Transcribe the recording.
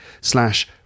slash